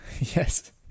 yes